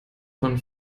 von